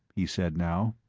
he said now.